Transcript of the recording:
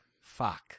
Fuck